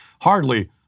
hardly